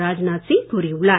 ராஜ்நாத் சிங் கூறியுள்ளார்